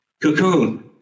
cocoon